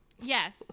Yes